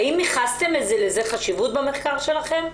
האם ייחסתם לזה חשיבות במחקר שלכם?